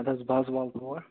اَدٕ حظ بہٕ حظ والہِ تور